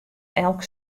elk